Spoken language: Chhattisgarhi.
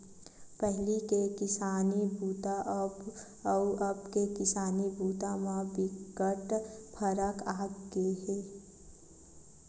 पहिली के किसानी बूता अउ अब के किसानी बूता म बिकट फरक आगे हे